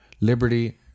liberty